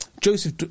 Joseph